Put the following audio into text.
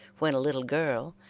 when a little girl,